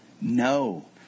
No